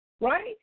right